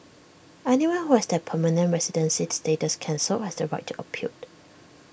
anyone who has their permanent residency status cancelled has the right to appeal